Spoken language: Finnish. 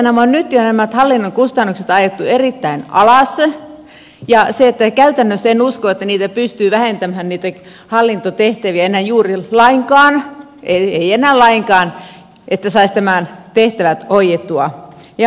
nämä hallinnon kustannukset on jo nyt ajettu erittäin alas ja käytännössä en usko että hallintotehtäviä pystyy vähentämään enää juuri lainkaan eli ei enää lainkaan että saisi nämä tehtävät hoidettua